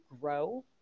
grow